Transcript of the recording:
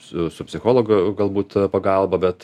su su psichologu galbūt pagalba bet